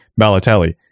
Balotelli